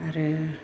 आरो